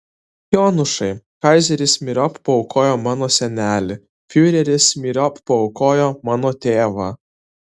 jonušai kaizeris myriop paaukojo mano senelį fiureris myriop paaukojo mano tėvą